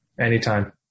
Anytime